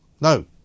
no